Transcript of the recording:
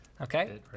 Okay